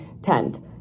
10th